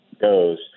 goes